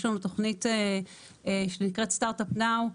יש לנו תוכנית שנקראת סטארט-אפ נאו,